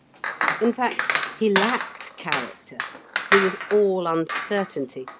in fact, he lacked character he was all uncertainty,